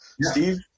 Steve